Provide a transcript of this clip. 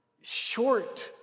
short